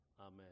Amen